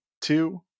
two